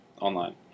online